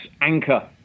anchor